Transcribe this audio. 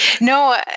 No